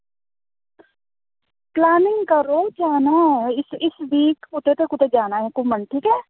तुस हां करो जा नांह् इस वीक कुदै ना कुदै जाना गै घुम्मन ठीक ऐ